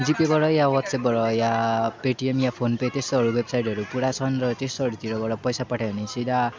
जिपेबाट या वाट्सएपबाट या पेटिएम या फोनपे त्यस्तोहरू वेबसाइटहरू पुरा छन् र त्यस्तोहरूतिरबाट पैसा पठायो भने सिधा